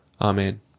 Amen